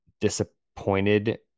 disappointed